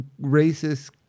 racist